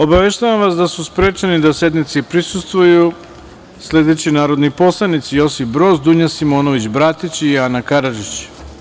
Obaveštavam vas da su sprečeni da sednici prisustvuju sledeći narodni poslanici: Josip Broz, Dunja Simonović Bratić i Ana Karadžić.